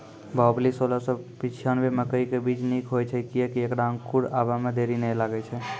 बाहुबली सोलह सौ पिच्छान्यबे मकई के बीज निक होई छै किये की ऐकरा अंकुर आबै मे देरी नैय लागै छै?